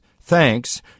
thanks